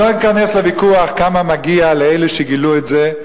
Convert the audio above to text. אני לא אכנס לוויכוח כמה מגיע לאלה שגילו את זה.